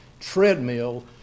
treadmill